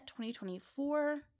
2024